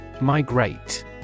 Migrate